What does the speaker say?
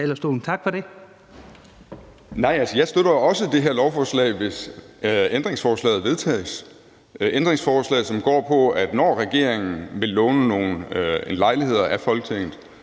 jeg støtter jo også det her lovforslag, hvis ændringsforslaget vedtages – ændringsforslaget, som går på, at når regeringen vil låne nogle lejligheder af Folketinget,